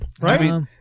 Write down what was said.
Right